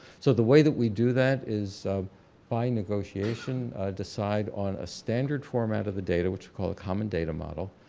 so the way that we do that is by negotiation decide on a standard format of the data, which we call the common data model.